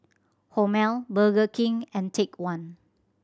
Hormel Burger King and Take One